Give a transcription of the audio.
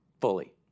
fully